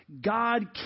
God